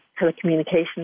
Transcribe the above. telecommunications